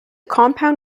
compound